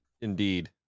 indeed